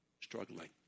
struggling